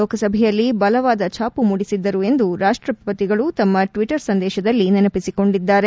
ಲೋಕಸಭೆಯಲ್ಲಿ ಬಲವಾದ ಛಾಪು ಮೂಡಿಸಿದ್ದರು ಎಂದು ರಾಷ್ಷಪತಿಗಳು ತಮ್ಮ ಟಿಟ್ಟರ್ ಸಂದೇಶದಲ್ಲಿ ನೆನಪಿಸಿಕೊಂಡಿದ್ದಾರೆ